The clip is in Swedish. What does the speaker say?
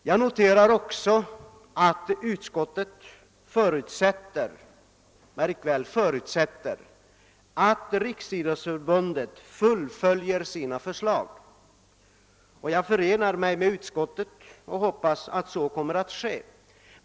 Jag noterar också att utskottet förutsätter — märk väl: förutsätter — att Riksidrottsförbundet fullföljer sina initiativ. Jag förenar mig med utskottet och hoppas att så kommer att ske.